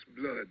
blood